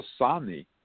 Asani